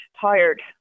tired